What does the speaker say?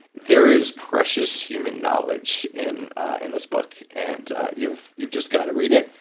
there is precious human knowledge in in this book and you've you've just got to read it,